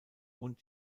und